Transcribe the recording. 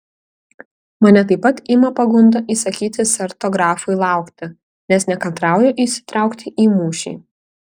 mane taip pat ima pagunda įsakyti sarto grafui laukti nes nekantrauju įsitraukti į mūšį